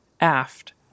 Aft